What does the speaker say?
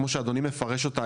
כמו שאדוני מפרש אותה,